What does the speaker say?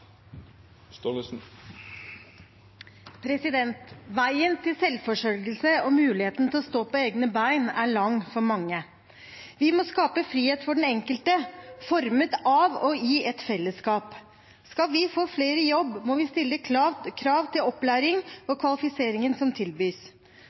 reformen. Veien til selvforsørgelse og muligheten til å stå på egne ben er lang for mange. Vi må skape frihet for den enkelte, formet av og i et fellesskap. Skal vi få flere i jobb, må vi stille krav til opplæringen og